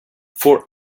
for